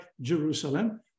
Jerusalem